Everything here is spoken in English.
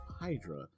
Hydra